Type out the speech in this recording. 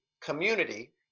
community